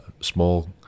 small